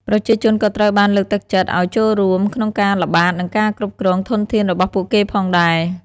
ប្រជាជនក៏ត្រូវបានលើកទឹកចិត្តឲ្យចូលរួមក្នុងការល្បាតនិងការគ្រប់គ្រងធនធានរបស់ពួកគេផងដែរ។